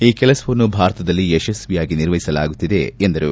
ಈ ಕೆಲಸವನ್ನು ಭಾರತದಲ್ಲಿ ಯಶಸ್ವಿಯಾಗಿ ನಿರ್ವಹಿಸಲಾಗುತ್ತಿದೆ ಎಂದರು